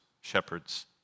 shepherds